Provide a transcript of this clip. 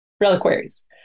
reliquaries